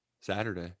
Saturday